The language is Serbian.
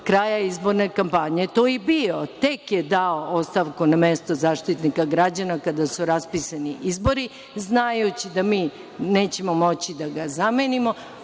kraja izborne kampanje to i bio. Tek je dao ostavku na mesto Zaštitnika građana kada su raspisani izbori, znajući da mi nećemo moći da ga zamenimo,